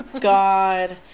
God